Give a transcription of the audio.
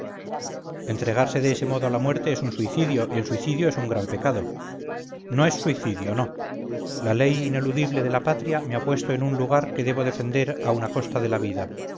entregarse de ese modo a la muerte es un suicidio y el suicidio es un gran pecado no es suicidio no la ley ineludible de la patria me ha puesto en un lugar que debo defender aun a costa de la vida